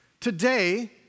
Today